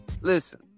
Listen